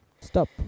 Stop